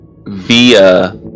via